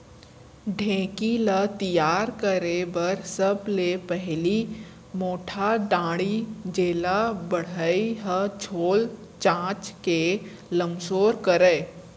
ढेंकी ल तियार करे बर सबले पहिली मोटहा डांड़ी जेला बढ़ई ह छोल चांच के लमसोर करय